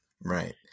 right